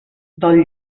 del